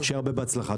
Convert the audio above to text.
שיהיה הרבה בהצלחה.